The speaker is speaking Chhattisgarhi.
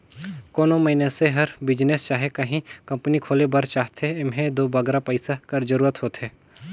कोनो मइनसे हर बिजनेस चहे काहीं कंपनी खोले बर चाहथे एम्हें दो बगरा पइसा कर जरूरत होथे